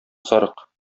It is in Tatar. сарык